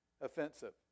offensive